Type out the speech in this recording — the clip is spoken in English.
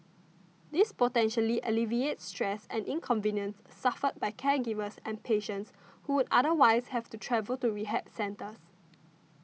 this potentially alleviates stress and inconvenience suffered by caregivers and patients who would otherwise have to travel to rehab centres